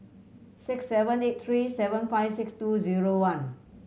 six seven eight three seven five six two zero one